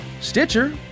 Stitcher